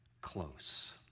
close